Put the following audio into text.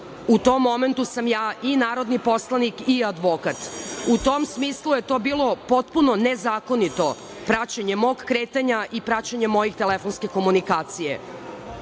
U tom momentu sam ja i narodni poslanik i advokat. U tom smislu je to bilo potpuno nezakonito praćenje mog kretanja i praćenje moje telefonske komunikacije. Naravno,